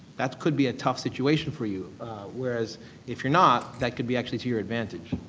that could be a tough situation for you whereas if you're not, that could be actually to your advantage.